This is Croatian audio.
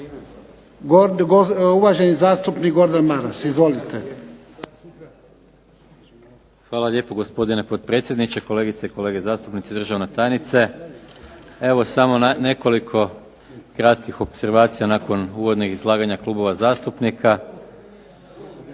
uvaženi zastupnik Gordan Maras. Izvolite. **Maras, Gordan (SDP)** Hvala lijepo, gospodine potpredsjedniče. Kolegice i kolege zastupnici, državna tajnice. Evo samo nekoliko kratkih opservacija nakon uvodnog izlaganja klubova zastupnika.